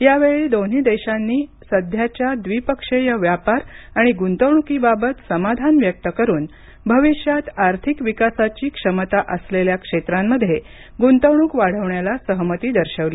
यावेळी दोन्ही देशांनी सध्याच्या द्विपक्षीय व्यापार आणि गुंतवणुकीबाबत समाधान व्यक्त करुन भविष्यात आर्थिक विकासाची क्षमता असलेल्या क्षेत्रांमध्ये गुंतवणूक वाढवण्याला सहमती दर्शवली